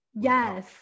Yes